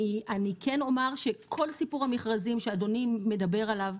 אני כן אומר שכל סיפור המכרזים שאדוני מדבר עליו,